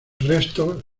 restos